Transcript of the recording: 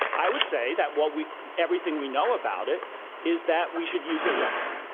i would say that what we everything we know about it is that we should use it less